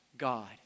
God